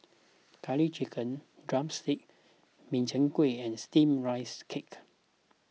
Curry Chicken Drumstick Min Chiang Kueh and Steamed Rice Cake